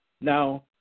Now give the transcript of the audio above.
Now